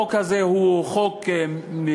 החוק הזה הוא חוק אנטי-דמוקרטי,